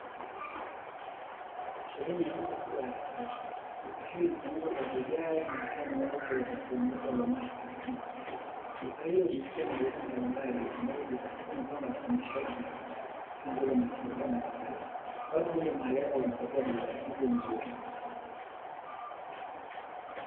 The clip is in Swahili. Sehemu ya duka kubwa la kisasa duka hili limetengenezwa kwa vigae na taa nyeupe za kuongeza uangavu katika duka hili. Duka hili ujiusisha na bidhaa mbalimbali ambazo bidhaa izo zimepangwa katika mashelufu mbalimbali kama vile mafuta nakadhalika watu uja mahali hapa kujipatia bidhaa hizo nzuri.